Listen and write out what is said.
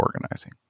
organizing